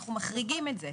אנחנו מחריגים את זה.